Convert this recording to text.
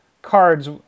cards